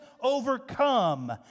overcome